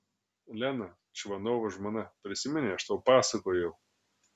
lena čvanovo žmona prisimeni aš tau pasakojau